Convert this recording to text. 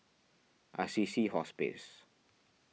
Assisi Hospice